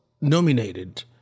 nominated